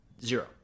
zero